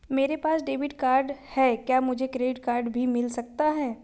मेरे पास debit card है क्या मुझे क्रेडिट कार्ड भी मिल सकता है?